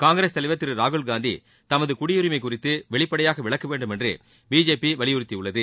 காங்கிரஸ் தலைவர் திரு ராகுல்காந்தி தமது குடியுரிமை குறித்து வெளிப்படையாக விளக்க வேண்டும் என்று பிஜேபி வலியுறுத்தியுள்ளது